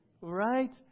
right